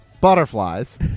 Butterflies